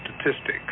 statistics